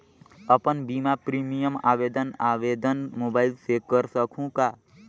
अपन बीमा प्रीमियम आवेदन आवेदन मोबाइल से कर सकहुं का?